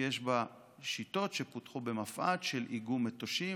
כי יש בה שיטות שפותחו במפא"ת של איגום מטושים